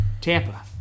Tampa